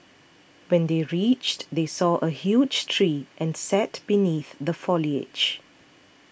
when they reached they saw a huge tree and sat beneath the foliage